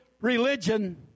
religion